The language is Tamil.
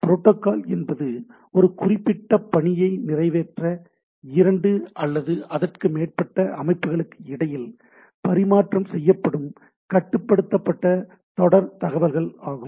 எனவே புரோட்டோகால் என்பது ஒரு குறிப்பிட்ட பணியை நிறைவேற்ற இரண்டு அல்லது அதற்கு மேற்பட்ட அமைப்புகளுக்கு இடையில் பரிமாற்றம் செய்யப்படும் கட்டுப்படுத்தப்பட்ட தொடர் தகவல்கள் ஆகும்